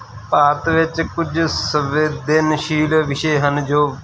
ਭਾਰਤ ਵਿੱਚ ਕੁਝ ਸਵੇਦਨਸ਼ੀਲ ਵਿਸ਼ੇ ਹਨ ਜੋ